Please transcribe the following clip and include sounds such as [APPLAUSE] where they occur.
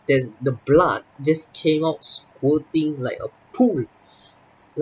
there's the blood just came out squirting like a pool [BREATH]